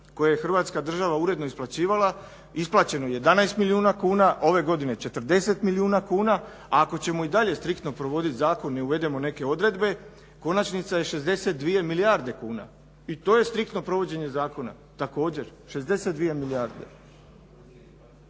koje je Hrvatska država uredno isplaćivala isplaćeno 11 milijuna kuna, ove godine 40 milijuna a ako ćemo dalje striktno provodit zakon i uvedemo neke odredbe konačnica je 62 milijarde kuna i to je striktno provođenje zakona također 62 milijarde.